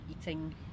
eating